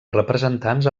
representants